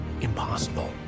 impossible